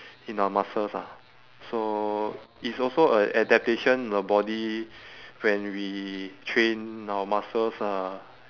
in our muscles ah so it's also a adaptation the body when we train our muscles uh